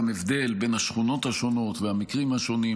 גם הבדל בין השכונות השונות והמקרים השונים,